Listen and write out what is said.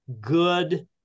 good